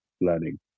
learning